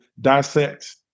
dissect